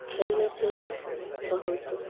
کھیلنے سے بہت